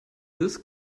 this